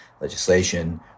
legislation